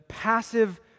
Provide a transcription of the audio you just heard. passive